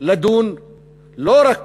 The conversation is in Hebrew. לדון לא רק